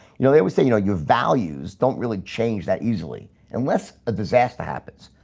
you know, they were say you know your values don't really change that easily unless a disaster happens.